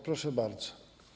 Proszę bardzo.